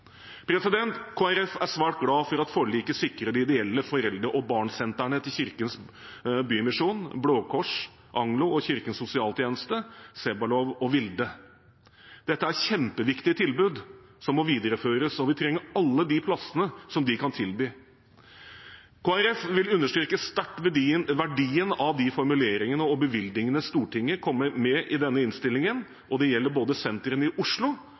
er svært glad for at forliket sikrer de ideelle foreldre-og-barn-sentrene til Kirkens Bymisjon, Blå Kors’ Aglo, Kirkens Sosialtjeneste, Sebbelow og Vilde. Dette er kjempeviktige tilbud som må videreføres, og vi trenger alle plassene de kan tilby. Kristelig Folkeparti vil understreke sterkt verdien av de formuleringene og bevilgningene Stortinget kommer med i denne innstillingen, og det gjelder både sentrene i Oslo